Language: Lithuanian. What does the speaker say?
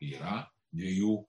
yra dviejų